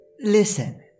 listen